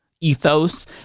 ethos